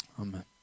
Amen